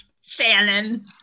Shannon